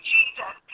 Jesus